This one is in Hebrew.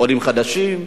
עולים חדשים,